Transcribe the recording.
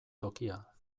tokia